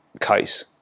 case